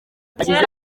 kera